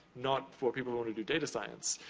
not for people who wanna do data science.